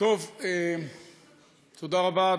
תודה רבה,